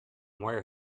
where